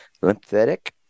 lymphatic